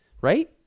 right